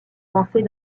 pensées